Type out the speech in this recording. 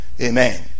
Amen